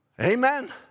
Amen